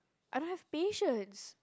I don't have patience